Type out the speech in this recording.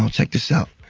check this out.